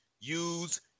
use